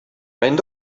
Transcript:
mijn